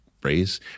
phrase